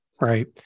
Right